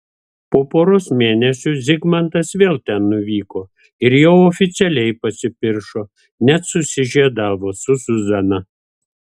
po poros mėnesių zigmantas vėl ten nuvyko ir jau oficialiai pasipiršo net susižiedavo su zuzana